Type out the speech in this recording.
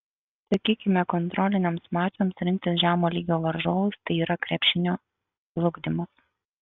sakykime kontroliniams mačams rinktis žemo lygio varžovus tai yra krepšinio žlugdymas